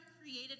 created